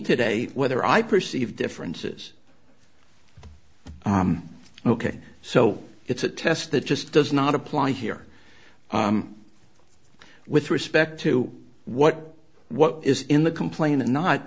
today whether i perceive differences ok so it's a test that just does not apply here with respect to what what is in the complaint and not